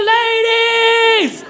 ladies